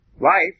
life